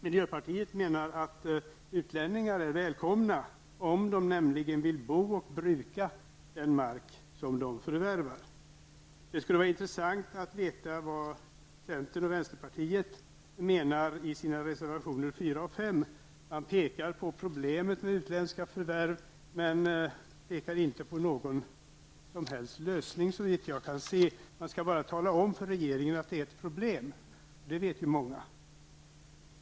Miljöpartiet menar att utlänningar är välkomna, om de vill bo och bruka den mark som de förvärvar. Det skulle vara intressant att veta vad centern och vänsterpartiet menar i sina reservationer 4 och 5. Där pekar man på problemet med utländska förvärv, men anger såvitt jag kan se inte någon som helst lösning. Man skall bara tala om för regeringen att detta är ett problem. Det vet ju många att det är.